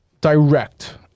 direct